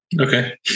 Okay